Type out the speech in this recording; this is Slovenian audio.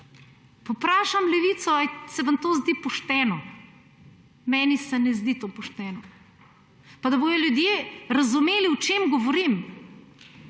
vprašam Levico, ali se vam to zdi pošteno. Meni se ne zdi to pošteno. Pa da bodo ljudje razumeli, o čem govorim.